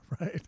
right